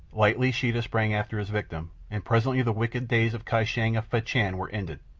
lightly sheeta sprang after his victim, and presently the wicked days of kai shang of fachan were ended,